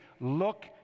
Look